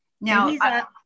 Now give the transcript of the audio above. Now